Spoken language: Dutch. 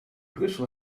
brussel